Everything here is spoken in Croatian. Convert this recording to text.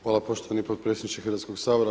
Hvala poštovani potpredsjedniče Hrvatskog sabora.